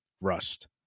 Rust